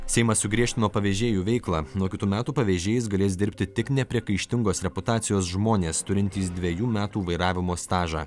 seimas sugriežtino pavežėjų veiklą nuo kitų metų pavežėjais galės dirbti tik nepriekaištingos reputacijos žmonės turintys dvejų metų vairavimo stažą